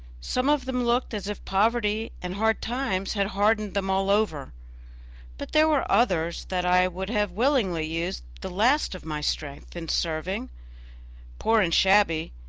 some of them looked as if poverty and hard times had hardened them all over but there were others that i would have willingly used the last of my strength in serving poor and shabby,